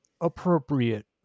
appropriate